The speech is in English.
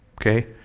Okay